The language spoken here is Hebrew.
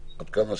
עד כמה שאפשר.